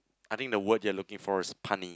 I think the word you're looking for it's punny